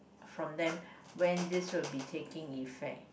from them when this will be taking effect